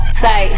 say